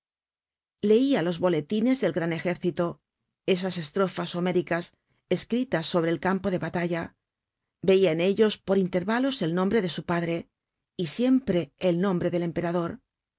leia los boletines del gran ejército esas estrofas homéricas escritas sobre el campo de batalla veia en ellos por intervalos el nombre de su padre y siempre el nombre del emperador